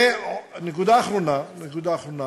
ונקודה אחרונה, נקודה אחרונה.